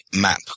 map